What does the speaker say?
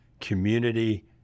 community